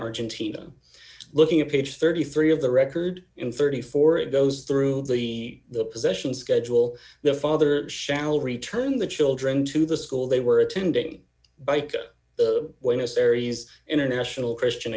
argentina i'm looking at page thirty three of the record in thirty four it goes through the the possession schedule the father shall return the children to the school they were attending the witness aries international christian